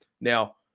Now